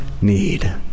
need